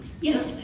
Yes